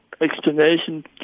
explanation